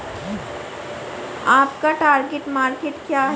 आपका target market क्या है?